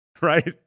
Right